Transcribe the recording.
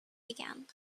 began